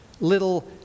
little